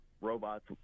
robots